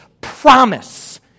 promise